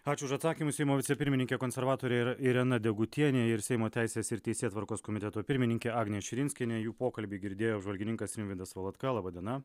ačiū už atsakymus seimo vicepirmininkė konservatorė irena degutienė ir seimo teisės ir teisėtvarkos komiteto pirmininkė agnė širinskienė jų pokalbį girdėjo apžvalgininkas rimvydas valatka laba diena